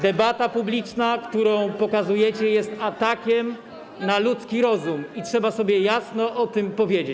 Debata publiczna, którą pokazujecie, jest atakiem na ludzki rozum, i trzeba sobie jasno o tym powiedzieć.